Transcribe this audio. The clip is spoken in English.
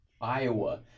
Iowa